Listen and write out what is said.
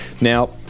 Now